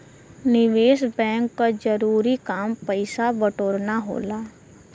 निवेस बैंक क जरूरी काम पैसा बटोरना होला